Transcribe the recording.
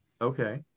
Okay